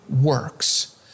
works